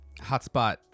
Hotspot